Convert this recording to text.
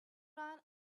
ran